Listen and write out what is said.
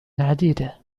عديدة